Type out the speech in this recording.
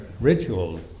rituals